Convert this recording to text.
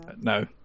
no